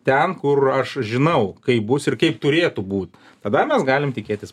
ten kur aš žinau kaip bus ir kaip turėtų būt tada mes galim tikėtis